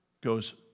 goes